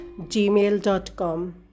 gmail.com